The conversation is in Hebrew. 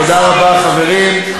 תודה רבה, חברים.